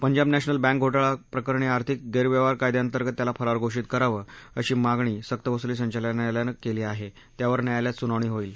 Punjab National Bank घोटाळा प्रकरणी आर्थिक गैरव्यवहार कायद्याअंतर्गत त्याला फरार घोषित करावं अशी मागणी सक्तवसुली संचालनालयानं केली आहे त्यावर न्यायालयात सुनावणी होईल